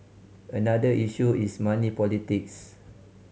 another issue is money politics